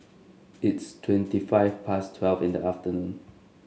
its twenty five past twelve in the afternoon